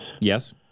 Yes